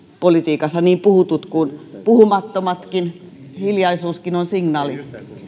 politiikassa niin puhutut kuin puhumattomatkin hiljaisuuskin on signaali